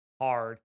hard